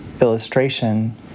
illustration